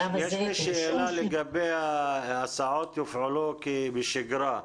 יש לי שאלה לגבי מערך ההסעות שיפעל כבשגרה.